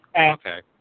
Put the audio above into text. Okay